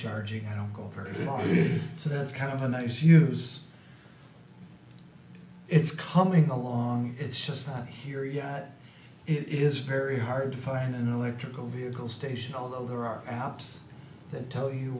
charging i don't go very lawyerly so that's kind of a nice use it's coming along it's just not here yet it is very hard to find an electrical vehicle station although there are apps that tell you